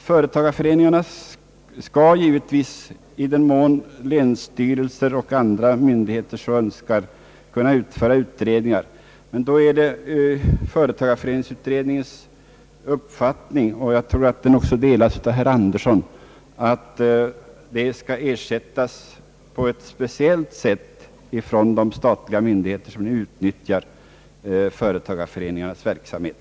Företagareföreningarna skall givetvis i den mån länsstyrelser och andra myndigheter så önskar kunna utföra utredningar. Det är företagareföreningsutredningens uppfattning — och jag tror att den också delas av herr Andersson — att detta arbete skall ersättas på ett speciellt sätt av de statliga myndigheter som utnyttjar företagareföreningarnas verksamhet.